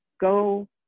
go